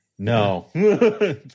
no